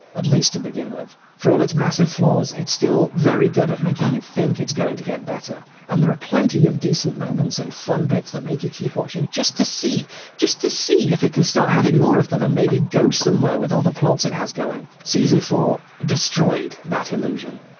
at least to begin, with for all its massive flaws. it's still very good at making you think it's going to get better and there are plenty of decent moments and fun bits that make you keep watching just to see just to see, if it can start having more of them and maybe go somewhere with all the plots it has going. season four destroyed that illusion.